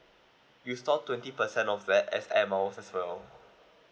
you store twenty percent of that as air mile as well